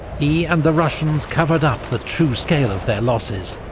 he and the russians covered up the true scale of their losses,